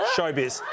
Showbiz